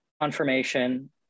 confirmation